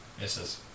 Misses